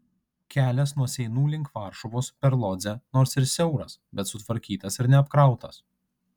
kelias nuo seinų link varšuvos per lodzę nors ir siauras bet sutvarkytas ir neapkrautas